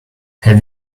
have